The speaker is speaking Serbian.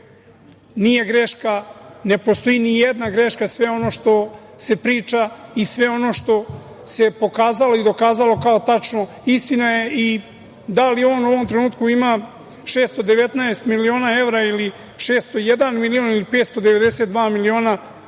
nije greška, ne postoji nijedna greška. Sve ono što se priča i sve ono što se pokazalo i dokazalo kao tačno istina je. Da li on u ovom trenutku ima 619 miliona eura ili 601 milion ili 592 miliona, za